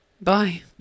Bye